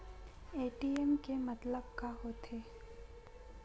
ATM के मतलब का होथे?